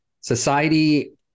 society